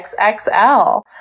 XXL